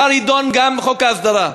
מחר יידון גם חוק ההסדרה.